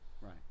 right